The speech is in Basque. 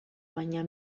baina